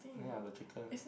ya the chicken